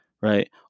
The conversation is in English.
right